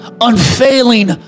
unfailing